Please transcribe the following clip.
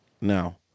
now